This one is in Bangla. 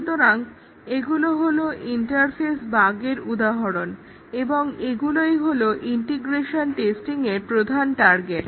সুতরাং এগুলো হলো ইন্টারফেস বাগের উদাহরণ এবং এগুলোই হলো ইন্টিগ্রেশন টেস্টিংয়ের প্রধান টার্গেট